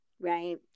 right